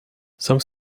some